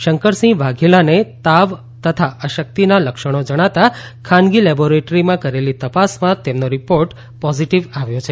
શંકરસિંહ વાઘેલાને તાવ તથા અશક્તિના લક્ષણો જણાતા ખાનગી લેબોરેટરીમાં કરેલી તપાસમાં તેમનો રિપોર્ટ પોઝીટીવ આવ્યો છે